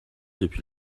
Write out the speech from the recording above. depuis